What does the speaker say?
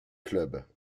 club